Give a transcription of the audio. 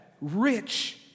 rich